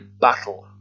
battle